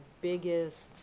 biggest